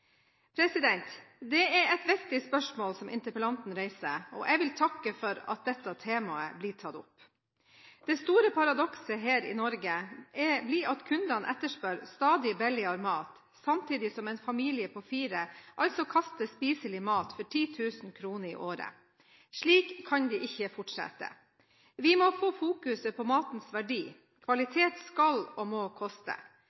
Det er et viktig spørsmål interpellanten reiser, og jeg vil takke for at dette temaet blir tatt opp. Det store paradokset her i Norge er at kundene etterspør stadig billigere mat samtidig som en familie på fire altså kaster spiselig mat for 10 000 kr i året. Slik kan det ikke fortsette. Vi må fokusere på matens verdi.